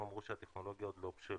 הם אמרו שהטכנולוגיה עוד לא בשלה,